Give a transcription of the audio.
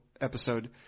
episode